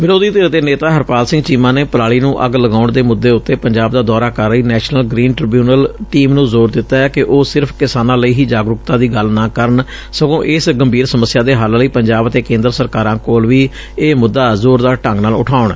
ਵਿਰੋਧੀ ਧਿਰ ਦੇ ਨੇਤਾ ਹਰਪਾਲ ਸਿੰਘ ਚੀਮਾ ਨੇ ਪਰਾਲੀ ਨੂੰ ਅੱਗ ਲਗਾਉਣ ਦੇ ਮੁੱਦੇ ਉਂਤੇ ਪੰਜਾਬ ਦਾ ਦੌਰਾ ਕਰ ਰਹੀ ਨੈਸ਼ਨਲ ਗਰੀਨ ਟ੍ਰਿਬਿਊਨਲ ਟੀਮ ਨੂੰ ਜ਼ੋਰ ਦਿੱਤੰ ਕਿ ਉਹ ਸਿਰਫ਼ ਕਿਸਾਨਾਂ ਲਈ ਹੀ ਜਾਗਰੂਕਤਾ ਦੀ ਗੱਲ ਨਾ ਕਰਨ ਸਗੋਂ ਇਸ ਗੰਭੀਰ ਸਮੱਸਿਆ ਦੇ ਹੱਲ ਲਈ ਪੰਜਾਬ ਅਤੇ ਕੇਂਦਰ ਸਰਕਾਰਾਂ ਕੋਲ ਵੀ ਇਹ ਮੁੱਦਾ ਜ਼ੋਰਦਾਰ ਢੰਗ ਨਾਲ ਉਠਾਉਣ